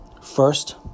first